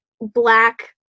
black